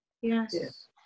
yes